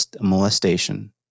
molestation